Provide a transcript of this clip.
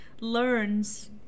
learns